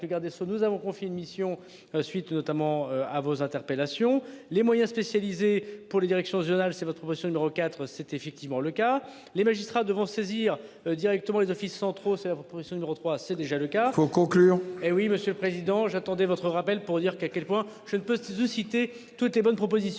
nous avons confié une mission, suite notamment à vos interpellations les moyens spécialisés pour les directions régionales c'est votre motion no4. C'est effectivement le cas. Les magistrats devront saisir directement les offices centraux. C'est la proposition numéro 3, c'est déjà le cas faut conclure hé oui Monsieur le Président, j'attendais votre rappel pour dire qu'à quel point je ne peux de citer toutes les bonnes propositions